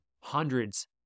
hundreds